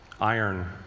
Iron